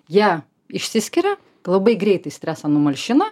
jie išsiskiria labai greitai stresą numalšina